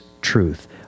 truth